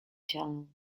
channel